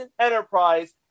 enterprise